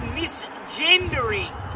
misgendering